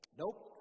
nope